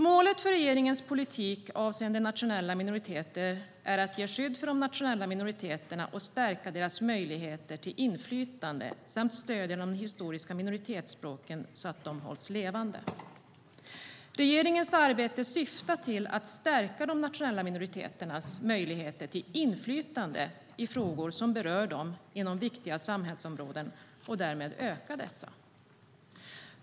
Målet för regeringens politik avseende nationella minoriteter är att ge skydd för de nationella minoriteterna och stärka deras möjligheter till inflytande samt stödja de historiska minoritetsspråken så att de hålls levande. Regeringens arbete syftar till att stärka de nationella minoriteternas möjligheter till inflytande i frågor som berör dem inom viktiga samhällsområden och därmed öka dessa.